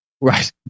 Right